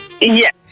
Yes